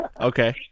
Okay